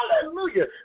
Hallelujah